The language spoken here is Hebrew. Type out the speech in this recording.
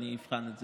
ואני אבחן את זה.